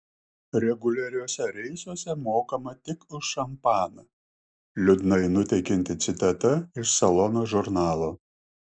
reguliariuose reisuose mokama tik už šampaną liūdnai nuteikianti citata iš salono žurnalo